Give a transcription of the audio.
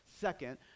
second